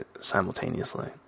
simultaneously